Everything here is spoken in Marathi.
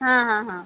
हां हां हां